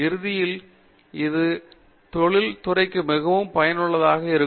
இறுதியில் அது தொழில் துறைக்கு மிகவும் பயனுள்ளதாக இருக்கும்